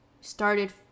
started